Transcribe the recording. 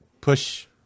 push